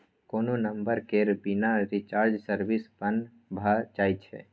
कोनो नंबर केर बिना रिचार्ज सर्विस बन्न भ जाइ छै